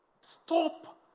stop